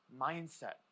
mindset